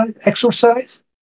Exercise